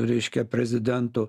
reiškia prezidentu